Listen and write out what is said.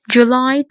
July